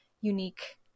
unique